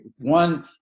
one